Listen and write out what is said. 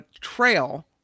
trail